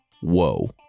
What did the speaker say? Whoa